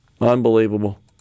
Unbelievable